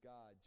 God